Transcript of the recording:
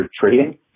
trading